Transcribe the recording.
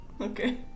Okay